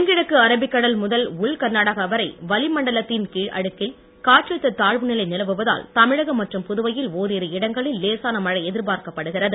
தென்கிழக்கு அரபிக்கடல் முதல் உள் கர்நாடகா வரை வளி மண்டலத்தின் கீழ் அடுக்கில் காற்றழுத்தத் தாழ்வுநிலை நிலவுவதால் தமிழகம் மற்றும் புதுவையில் ஓரிரு இடங்களில் லேசான மழை எதிர்பார்க்கப் படுகிறது